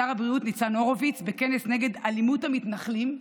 שר הבריאות ניצן הורוביץ בכנס נגד אלימות המתנחלים: